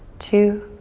two,